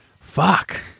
Fuck